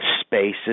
spaces